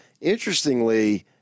interestingly –